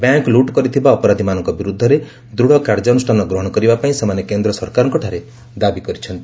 bank ଲୁଟ୍ କରିଥିବା ଅପରାଧିମାନଙ୍କ ବିରୁଦ୍ଧରେ ଦୂଢ଼ କାର୍ଯ୍ୟାନୁଷ୍ଠାନ ଗ୍ରହଣ କରିବା ପାଇଁ ସେମାନେ କେନ୍ଦ୍ର ସରକାରଙ୍କଠାରେ ଦାବି କରିଛନ୍ତି